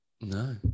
No